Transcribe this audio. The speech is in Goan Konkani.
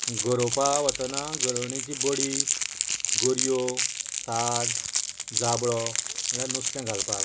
गरोवपाक वतना गरोवणेंची बडी गरयो साज जाबळो म्हणल्यार नुस्तें घालपाक